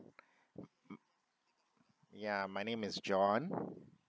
yeah my name is john